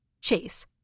Chase